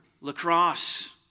lacrosse